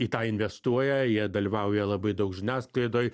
į tą investuoja jie dalyvauja labai daug žiniasklaidoj